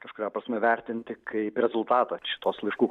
kažkuria prasme vertinti kaip rezultatą šitos laiškų